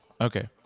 Okay